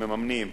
מממנים,